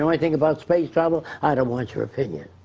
know anything about space travel? i don't want your opinion.